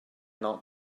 not